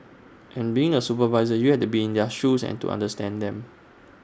and being A supervisor you have to be in their shoes to understand them